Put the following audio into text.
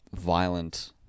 violent